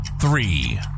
three